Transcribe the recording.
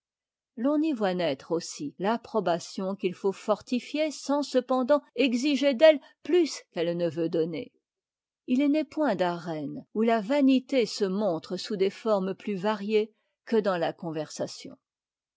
l'on y voit naître aussi l'approbation qu'il faut fortifier sans cependant exiger d'elle plus qu'elle ne veut donner il n'est point d'arène où la vanité se montre sous des formes plus variées que dans la conversation